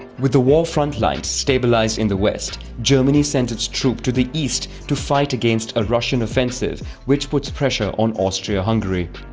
with the war frontlines stabilized in the west, germany sends its troops to the east to fight against a russian offensive, which puts pressure on austria-hungary.